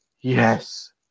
yes